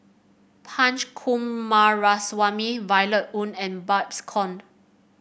Punch Coomaraswamy Violet Oon and Babes Conde